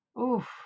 Oof